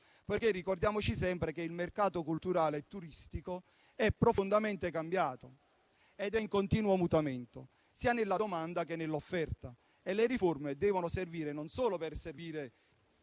perché ricordiamoci sempre che il mercato culturale e turistico è profondamente cambiato ed è in continuo mutamento sia nella domanda sia nell'offerta e le riforme devono servire non solo a riempire